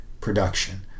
production